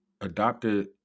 Adopted